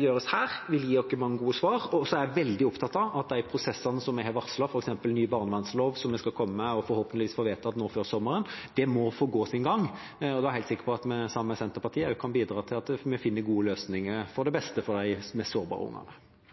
gjøres her, vil gi oss mange gode svar. Så er jeg veldig opptatt av at de prosessene vi har varslet, f.eks. ny barnevernslov, som vi skal komme med og forhåpentligvis få vedtatt før sommeren, må få gå sin gang, og da er jeg helt sikker på at vi sammen med Senterpartiet også kan bidra til at vi finner gode løsninger til det beste for de mest sårbare ungene.